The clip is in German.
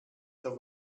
zur